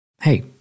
Hey